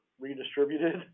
redistributed